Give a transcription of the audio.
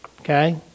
Okay